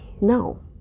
No